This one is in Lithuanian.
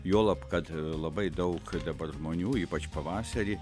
juolab kad labai daug dabar žmonių ypač pavasarį